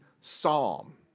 psalm